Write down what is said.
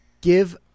give